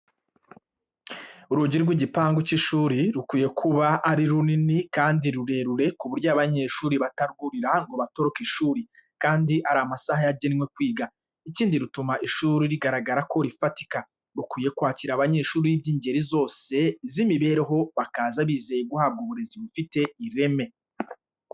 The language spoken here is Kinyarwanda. Urugi rw'igipangu cy'ishuri rukwiye kuba ari runini kandi rurerure ku buryo abanyeshuri batarwurira ngo batoroke ishuri kandi ari amasaha yagenewe kwiga, ikindi rutuma ishuri rigaragara ko rifatika, rukwiye kwakira abanyeshuri by' ingeri zose z'imibereho, bakaza bizeye guhabwa uburezi bufite Irene.